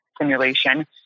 simulation